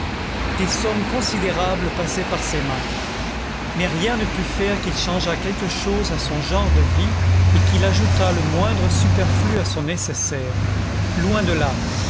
des sommes considérables passaient par ses mains mais rien ne put faire qu'il changeât quelque chose à son genre de vie et qu'il ajoutât le moindre superflu à son nécessaire loin de là